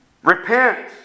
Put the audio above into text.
repent